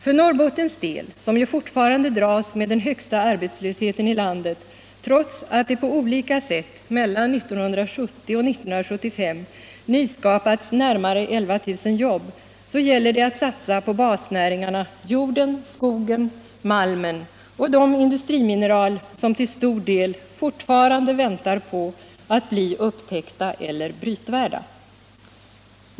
För Norrbottens del, som fortfarande dras med den högsta arbetslösheten i landet trots att det på olika sätt mellan 1970 och 1975 nyskapats närmare 11 000 jobb, gäller det att satsa på basnäringarna jorden, skogen, malmen och de industrimineral som till stor del fortfarande väntar på att bli upptäckta eller brytvärda.